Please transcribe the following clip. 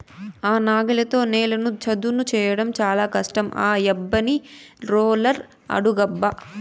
ఆ నాగలితో నేలను చదును చేయడం చాలా కష్టం ఆ యబ్బని రోలర్ అడుగబ్బా